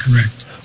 correct